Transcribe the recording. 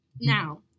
now